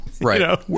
Right